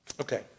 Okay